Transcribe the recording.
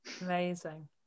amazing